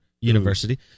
University